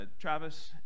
Travis